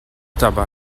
dabei